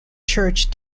church